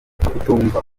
kutumva